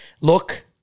look